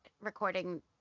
recording